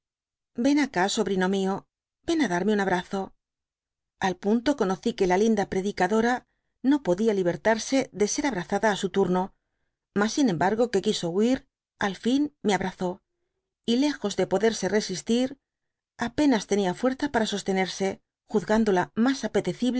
ven acá sobrino mió ven á darme un abrazo al punto conocí que la linda predicadora no podia libertarse de ser abrazada á su turno mas sin embargo que quiso huir al fíii me abrazó y lejos de poderse resistir apenas tenia fuerza para sostenerse juzgándola mas